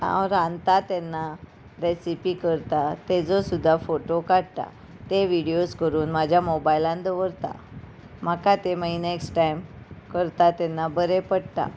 हांव रांदतां तेन्ना रेसिपी करता ताजो सुद्दां फोटो काडटा ते व्हिडियोज करून म्हज्या मोबायलान दवरता म्हाका ते मागीर नॅक्स्ट टायम करता तेन्ना बरें पडटा